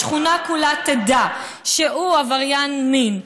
השכונה כולה תדע שהוא עבריין מין,